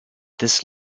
this